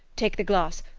take the glass.